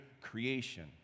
creation